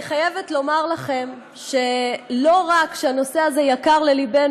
אני חייבת לומר לכם שלא רק שהנושא הזה יקר ללבנו,